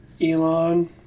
Elon